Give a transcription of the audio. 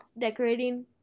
Decorating